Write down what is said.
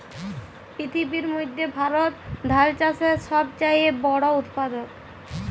পিথিবীর মইধ্যে ভারত ধাল চাষের ছব চাঁয়ে বড় উৎপাদক